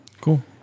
Cool